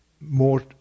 more